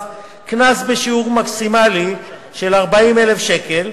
קנס בשיעורים מקסימליים של 40,000 ש"ח,